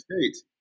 States